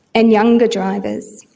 and younger drivers.